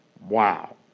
Wow